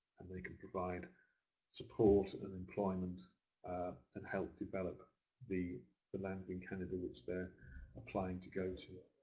and they can provide support and employment and help develop the the land in canada which they're applying to go to.